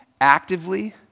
actively